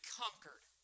conquered